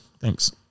Thanks